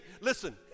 listen